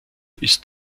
ist